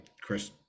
Chris